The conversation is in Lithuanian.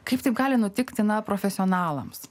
kaip taip gali nutikti na profesionalams